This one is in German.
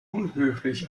unhöflich